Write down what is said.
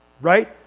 right